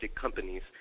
companies